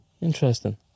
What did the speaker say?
interesting